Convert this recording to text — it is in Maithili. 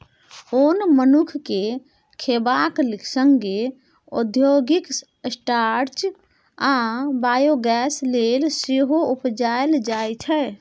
ओन मनुख केँ खेबाक संगे औद्योगिक स्टार्च आ बायोगैस लेल सेहो उपजाएल जाइ छै